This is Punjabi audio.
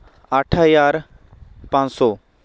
ਅੱਠ ਹਜ਼ਾਰ ਪੰਜ ਸੌ